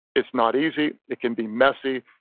it's not easy. it can be messy.